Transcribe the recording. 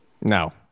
No